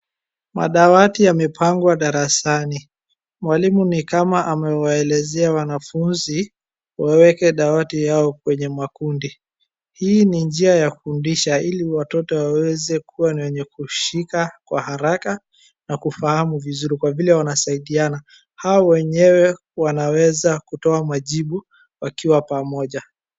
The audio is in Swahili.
Madawati yamepangwa darasani, mwalimu ni kama ameelezea wanafunzi waweke dawati yao kwenye makundi. Hii ni njia ya kufundisha ili watoto waweze kuwa na yenye kushika kwa haraka na kufahamu vizuri kwa vile wanasaidiana. Hao wenyewe wanaweza kutoa majibu wakiwa pamoja.